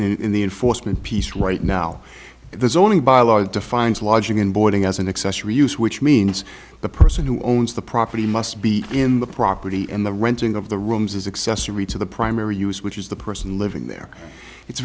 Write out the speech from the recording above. in the enforcement piece right now there's only by law defines lodging in boarding as an excess reuse which means the person who owns the property must be in the property and the renting of the rooms is accessory to the primary use which is the person living there it's